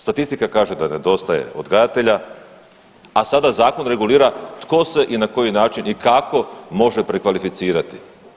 Statistika kaže da nedostaje odgajatelja, a sada zakon regulira tko se i na koji način i kako može prekvalificirati.